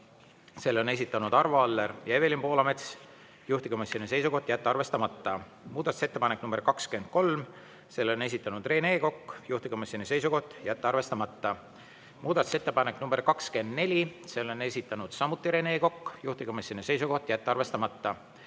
selle on esitanud Arvo Aller ja Evelin Poolamets, juhtivkomisjoni seisukoht: jätta arvestamata. Muudatusettepanek nr 23, selle on esitanud Rene Kokk, juhtivkomisjoni seisukoht: jätta arvestamata. Muudatusettepanek nr 24, selle on esitanud samuti Rene Kokk, juhtivkomisjoni seisukoht: jätta arvestamata.